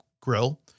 grill